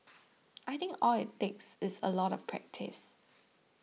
I think all it takes is a lot of practice